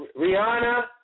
Rihanna